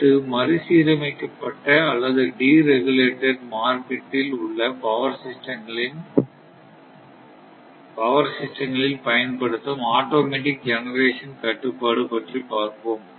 அடுத்து மறுசீரமைக்கப்பட்ட அல்லது டீ ரெகுலெட்டட் மார்கெட் இல் உள்ள பவர் சிஸ்டங்களில் பயன்படுத்தும் ஆட்டோமேட்டிக் ஜெனரேஷன் கட்டுப்பாடு பற்றி பார்ப்போம்